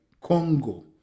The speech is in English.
Congo